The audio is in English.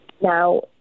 Now